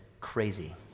crazy